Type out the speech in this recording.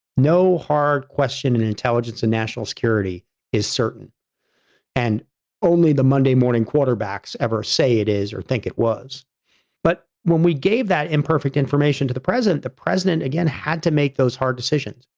no hard question and intelligence and national security is certainly and only the monday morning quarterbacks ever say it is or think it was but when we gave that imperfect information to the president, the president again had to make those hard decisions.